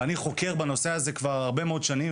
ואני חוקר בנושא הזה כבר הרבה מאוד שנים,